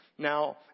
Now